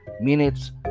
minutes